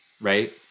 right